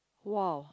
!wow!